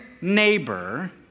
neighbor